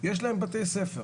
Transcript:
יש להם בתי ספר.